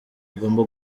agomba